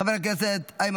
חבר הכנסת אחמד טיבי,